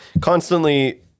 constantly